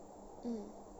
mm